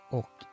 och